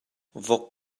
vok